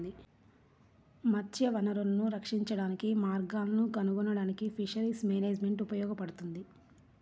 మత్స్య వనరులను రక్షించడానికి మార్గాలను కనుగొనడానికి ఫిషరీస్ మేనేజ్మెంట్ ఉపయోగపడుతుంది